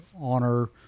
honor